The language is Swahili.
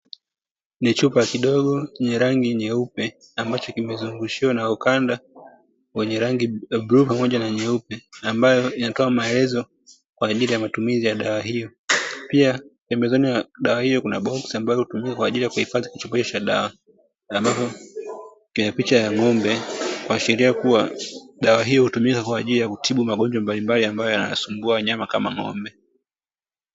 Kichupa kidogo yenye rangi nyeupe ambacho kimezungushiwa na ukanda wenye rangi ya bluu pamoja na nyeupe, ambayo inatoa maelezo kwa ajili ya matumizi ya dawa hiyo, pia pembezoni mwa dawa hiyo kuna boksi ambalo hutumika kwa ajili ya kuhifadhi kichupa hicho cha dawa, ambapo kina picha ya ng'ombe kuashiria kuwa dawa hiyo hutumika kwa ajili ya kutibu magonjwa mbalimbali ambayo yanasumbua wanyama kama ng'ombe.